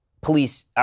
police